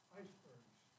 icebergs